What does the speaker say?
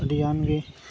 ᱟᱹᱰᱤ ᱜᱟᱱ ᱜᱮ